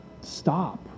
stop